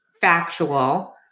factual